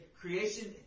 creation